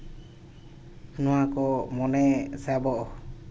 ᱱᱚᱣᱟ ᱠᱚ ᱢᱚᱱᱮ ᱥᱮ ᱟᱵᱚ